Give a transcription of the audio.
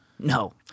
No